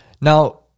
now